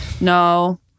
No